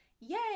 yay